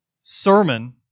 sermon